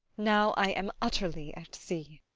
now i am utterly at sea.